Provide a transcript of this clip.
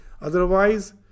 Otherwise